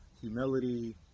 humility